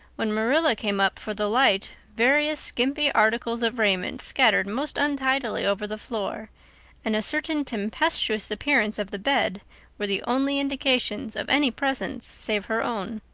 when marilla came up for the light various skimpy articles of raiment scattered most untidily over the floor and a certain tempestuous appearance of the bed were the only indications of any presence save her own.